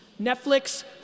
Netflix